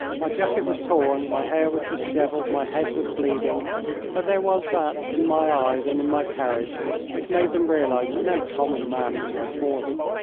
my jacket was torn, my hair was dishevelled, my head was bleeding but there was that in my eyes and in my carriage which made them realise that no common man was before them.